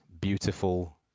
beautiful